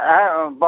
হ্যাঁ ব